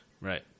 Right